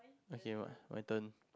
okay my turn